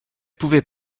pouvait